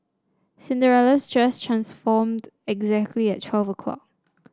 Cinderella's dress transformed exactly at twelve o'clock